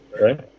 right